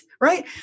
right